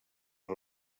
els